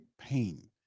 pain